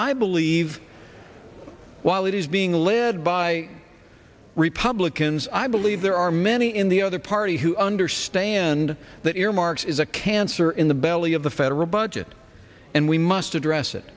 i believe while it is being led by republicans i believe there are many in the other party who understand that earmarks is a cancer in the belly of the federal budget and we must address it